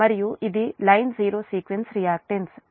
మరియు ఇది line zero sequence reactance ZL0